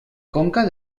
conca